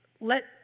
let